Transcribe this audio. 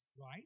right